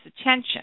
attention